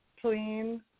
clean